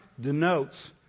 denotes